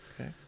Okay